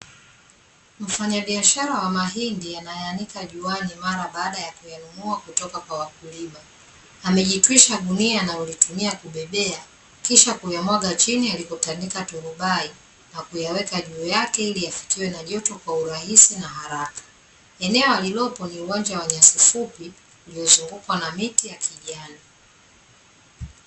Mfanyabiashara wa mahindi anayaanika juani mara baada ya kuyanunua kutoka kwa wakulima. Amejitwisha gunia analolitumia kubebea kisha kuyamwaga chini alikotandika turubai na kuyaweka juu yake ili yafikiwe na joto kwa urahisi na haraka. Eneo alilopo ni uwanja wa nyasi fupi uliozungukwa na miti ya kijani.